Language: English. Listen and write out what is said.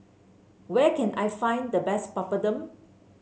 where can I find the best Papadum